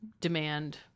demand